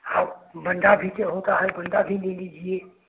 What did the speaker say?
और बंजा जी के होता है बंडा भी ले लीजिए